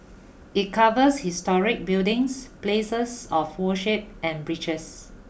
it covers historic buildings places of worship and bridges